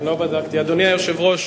אדוני היושב-ראש,